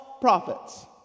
prophets